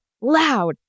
loud